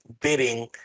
bidding